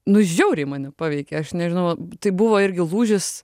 nu žiauriai mane paveikė aš nežinau tai buvo irgi lūžis